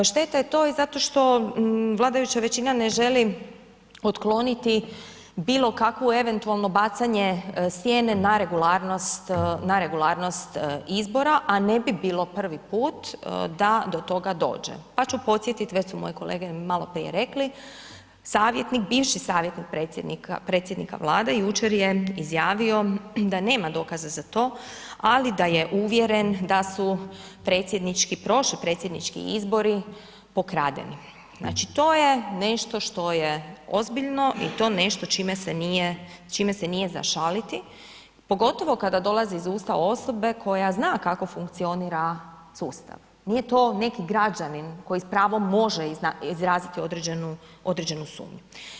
Šteta je to i zato što vladajuća većina ne želi otkloniti bilo kakvo eventualno bacanje sjene na regularnost, na regularnost, a ne bi bilo prvi put da do toga dođe, pa ću podsjetit, već su moje kolege maloprije rekli, savjetnik, bivši savjetnik predsjednika, predsjednika Vlade jučer je izjavio da nema dokaza za to, ali da je uvjeren da su predsjednički, prošli predsjednički izbori pokradeni, znači to je nešto što je ozbiljno i to nešto čime se nije, čime se nije za šaliti, pogotovo kada dolazi iz usta osobe koja zna kako funkcionira sustav, nije to neki građanin koji s pravom može izraziti određenu, određenu sumnju.